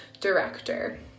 director